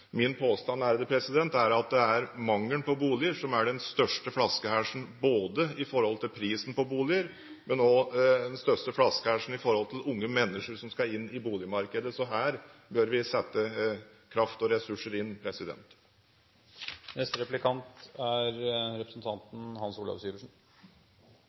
Min påstand er at det er mangelen på boliger som er den største flaskehalsen når det gjelder prisen på boliger, og den største flaskehalsen for unge mennesker som skal inn i boligmarkedet. Så her bør vi sette kraft og ressurser inn. Først må jeg si at det var interessant å høre om ettåringens finansielle spareprodukter. Det er